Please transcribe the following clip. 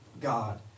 God